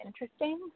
interesting